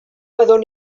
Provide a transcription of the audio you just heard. fyddwn